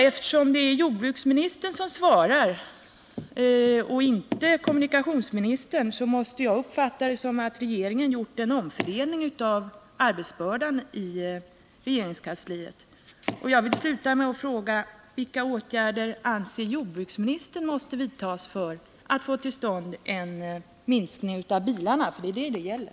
Eftersom det är jordbruksministern som svarar och inte kommunikationsministern, måste jag uppfatta det som att regeringen gjort en omfördelning av arbetsbördan i regeringskansliet. Jag vill sluta med att fråga: Vilka åtgärder anser jordbruksministern måste vidtas för att få till stånd en minskning av biltrafiken i Stockholm? Det är detta det gäller.